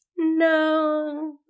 No